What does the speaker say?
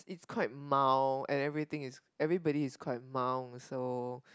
it's quite mild and everything is everybody is quite mild also